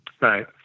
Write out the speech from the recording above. Right